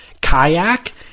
kayak